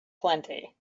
plenty